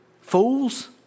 Fools